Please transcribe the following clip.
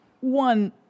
one